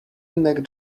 neck